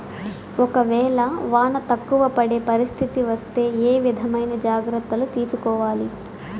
ఒక వేళ వాన తక్కువ పడే పరిస్థితి వస్తే ఏ విధమైన జాగ్రత్తలు తీసుకోవాలి?